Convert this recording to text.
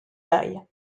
allaient